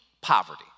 poverty